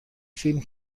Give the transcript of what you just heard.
فیلم